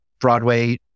Broadway